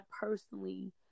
personally